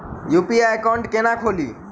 UPI account केना खोलि?